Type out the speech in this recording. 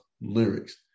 lyrics